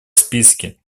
списке